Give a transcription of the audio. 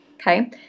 okay